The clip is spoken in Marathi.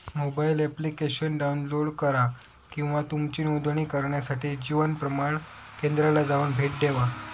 मोबाईल एप्लिकेशन डाउनलोड करा किंवा तुमची नोंदणी करण्यासाठी जीवन प्रमाण केंद्राला जाऊन भेट देवा